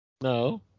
No